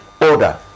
order